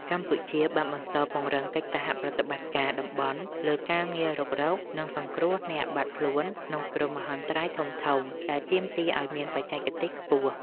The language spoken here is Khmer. កម្ពុជាបានបន្តពង្រឹងកិច្ចសហប្រតិបត្តិការតំបន់លើការងាររុករក និងសង្គ្រោះអ្នកបាត់ខ្លួនក្នុងគ្រោះមហន្តរាយធំៗ ដែលទាមទារឱ្យមានបច្ចេកទេសខ្ពស់។